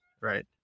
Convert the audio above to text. right